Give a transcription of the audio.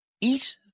eat